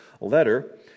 letter